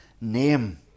name